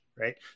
Right